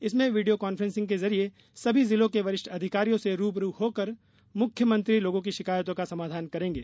इसमें video conferencing के जरिए सभी जिलों के वरिष्ठ अधिकारियों से रू ब रू होकर मुख्यमंत्री लोगों की शिकायतों का समाधान करेंगे